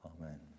Amen